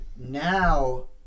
Now